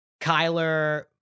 Kyler